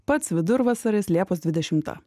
pats vidurvasaris liepos dvidešimta